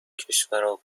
کشورا